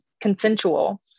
consensual